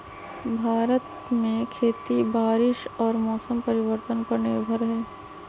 भारत में खेती बारिश और मौसम परिवर्तन पर निर्भर हई